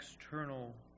external